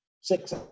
six